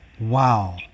wow